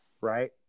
right